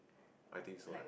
I think so eh